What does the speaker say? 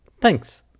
Thanks